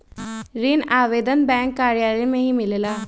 ऋण आवेदन बैंक कार्यालय मे ही मिलेला?